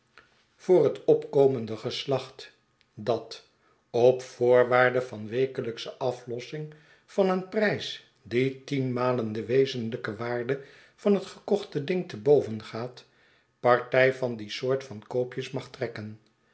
voor het opkomende geslacht dat op voorwaarde van wekelijksche aflossing van een prijs die tien malen de wezenlijke waarde van het gekochte ding te boven gaat partij van die soort van koopjes mag trekken